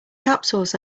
capsules